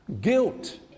Guilt